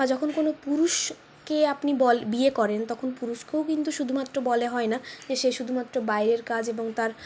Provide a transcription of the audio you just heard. বা যখন কোনো পুরুষকে আপনি বলে বিয়ে করেন তখন পুরুষকেও শুধুমাত্র বলে হয় না সে শুধুমাত্র বাইরের কাজ এবং তার